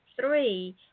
three